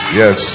yes